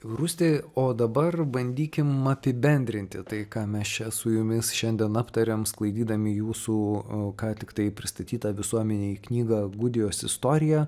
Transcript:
rūsti o dabar bandykim apibendrinti tai ką mes čia su jumis šiandien aptarėm sklaidydami jūsų ką tiktai pristatytą visuomenei knygą gudijos istorija